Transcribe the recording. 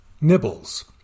nibbles